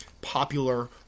popular